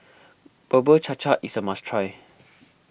Bubur Cha Cha is a must try